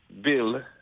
bill